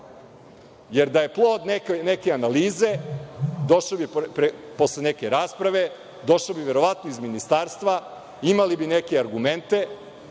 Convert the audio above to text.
jer da je plod neke analize, došao bi posle neke rasprave, došao bi verovatno iz ministarstva, imali bi neke argumente,